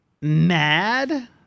mad